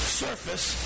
surface